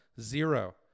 Zero